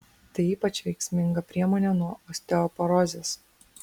tai ypač veiksminga priemonė nuo osteoporozės